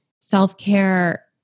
self-care